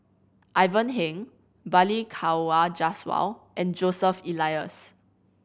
Ivan Heng Balli Kaur Jaswal and Joseph Elias